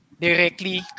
directly